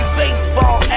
baseball